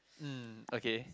hmm okay